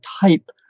type